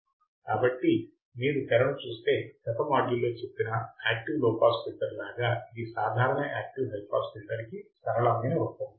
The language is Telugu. కాబట్టి మీరు తెరను చూస్తే గత మాడ్యుల్ లో చెప్పిన యాక్టివ్ లో పాస్ ఫిల్టర్ లాగా ఇది సాధారణ యాక్టివ్ హై పాస్ ఫిల్టర్ కి సరళమైన రూపము